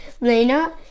Lena